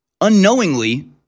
unknowingly